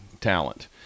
talent